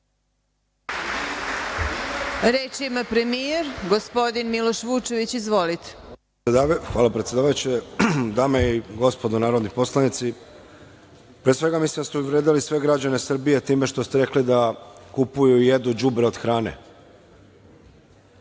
Reč ima premijer, gospodin Miloš Vučević. Izvolite. **Miloš Vučević** Hvala predsedavajuća. Dame i gospodo narodni poslanici, pre svega mislim da ste uvredili sve građane Srbije time što ste rekli da kupuju, jedu đubrad od hrane.